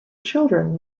children